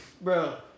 bro